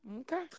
Okay